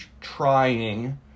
trying